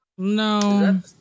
No